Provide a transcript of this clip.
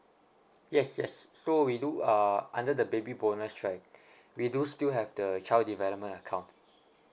yes yes so we do uh under the baby bonus right we do still have the child development account